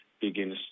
begins